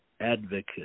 advocate